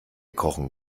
kochen